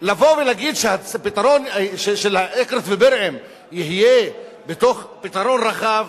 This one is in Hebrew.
לבוא ולהגיד שהפתרון של אקרית ובירעם יהיה בתוך פתרון רחב,